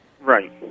Right